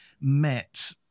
met